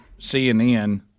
CNN